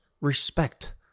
Respect